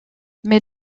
mais